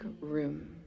room